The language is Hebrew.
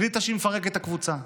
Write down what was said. היא החליטה שהיא מפרקת את הקבוצה.